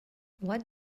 what